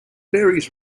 berries